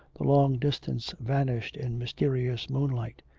the long distance vanished in mysterious moonlight.